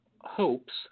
hopes